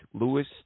Lewis